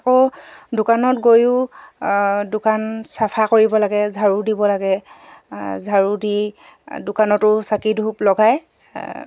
আকৌ দোকানত গৈও দোকান চাফা কৰিব লাগে ঝাৰু দিব লাগে ঝাৰু দি দোকানতো চাকি ধূপ লগাই